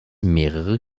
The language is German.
mehrere